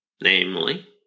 namely